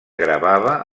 gravava